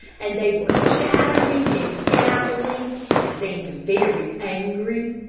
and they were chattering and gabbling, and seemed very angry.